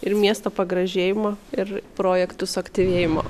ir miesto pagražėjimo ir projektų suaktyvėjimo